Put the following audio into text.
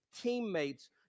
teammates